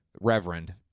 Reverend